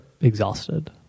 exhausted